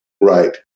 right